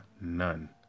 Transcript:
none